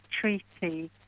treaty